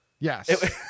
Yes